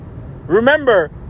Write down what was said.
Remember